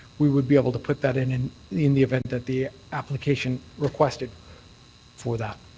we would be able to put that in in in the event that the application requested for that.